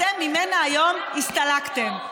אתם היום הסתלקתם ממנה.